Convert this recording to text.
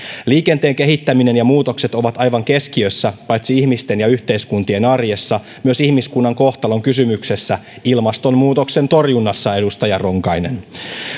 liikenteen kehittäminen ja muutokset ovat aivan keskiössä paitsi ihmisten ja yhteiskuntien arjessa myös ihmiskunnan kohtalonkysymyksessä ilmastonmuutoksen torjunnassa edustaja ronkainen